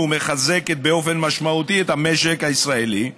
ומחזקת באופן משמעותי את המשק הישראלי,